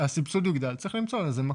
הסבסוד יגדל, צריך למצוא לזה מקור.